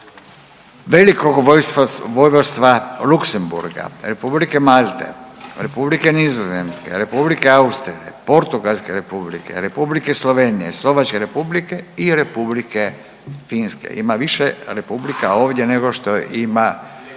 Velikog Vojvodstva Luksemburga, Republike Malte, Kraljevine Nizozemske, Republike Austrije, Portugalske Republike, Republike Slovenije, Slovačke Republike i Republike Finske, drugo čitanje. P.Z.